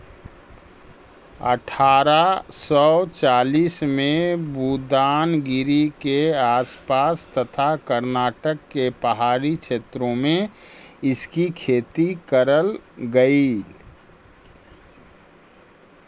अठारा सौ चालीस में बुदानगिरी के आस पास तथा कर्नाटक के पहाड़ी क्षेत्रों में इसकी खेती करल गेलई